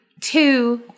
Two